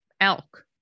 elk